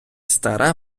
стара